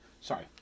Sorry